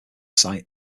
site